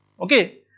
ok?